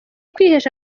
kwihesha